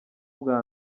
bwa